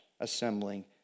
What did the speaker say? assembling